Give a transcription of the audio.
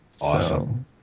Awesome